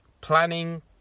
planning